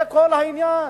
זה כל העניין.